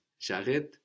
J'arrête